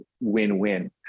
win-win